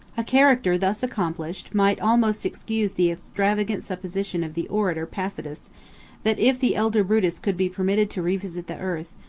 a character thus accomplished might almost excuse the extravagant supposition of the orator pacatus that, if the elder brutus could be permitted to revisit the earth,